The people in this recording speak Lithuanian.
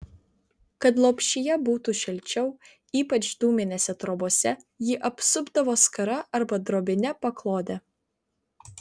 kad lopšyje būtų šilčiau ypač dūminėse trobose jį apsupdavo skara arba drobine paklode